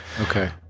Okay